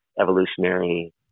evolutionary